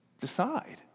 decide